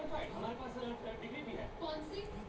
ऋण लेवे के बाद ऋण का पैसा खाता में मिली?